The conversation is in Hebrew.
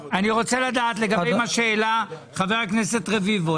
לגבי מה שהעלה חבר הכנסת רביבו,